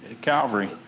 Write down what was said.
Calvary